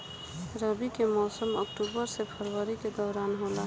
रबी के मौसम अक्टूबर से फरवरी के दौरान होला